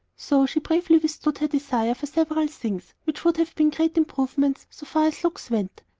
so she bravely withstood her desire for several things which would have been great improvements so far as looks went,